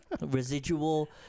Residual